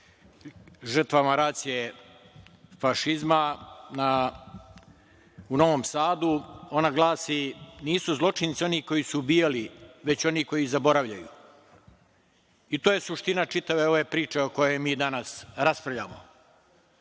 žrtvama racije fašizma u Novom Sadu. Ona glasi: „Nisu zločinci oni koji su ubijali, već oni koji zaboravljaju“. To je suština čitave ove priče o kojoj mi danas raspravljamo. Suština